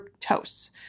fructose